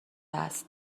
است